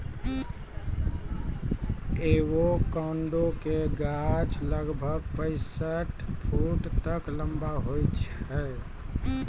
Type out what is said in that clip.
avocado के गाछ लगभग पैंसठ फुट तक लंबा हुवै छै